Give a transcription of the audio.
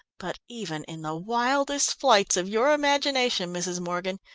but even in the wildest flights of your imagination, mrs. morgan,